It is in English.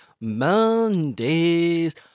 mondays